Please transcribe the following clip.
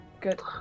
Good